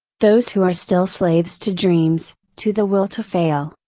those who are still slaves to dreams, to the will to fail,